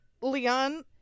Leon